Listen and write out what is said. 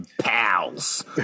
pals